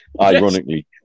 ironically